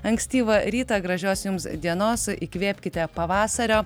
ankstyvą rytą gražios jums dienos įkvėpkite pavasario